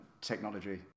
technology